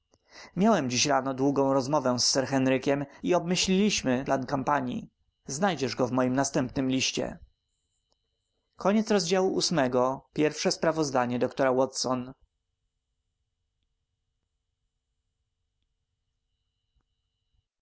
miałem dziś rano długą rozmowę z sir henrykiem i obmyśliliśmy plan kampanii znajdziesz go w moim następnym liście ix drugie sprawozdanie doktora watsona